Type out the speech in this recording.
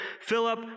Philip